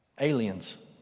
Aliens